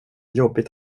jobbigt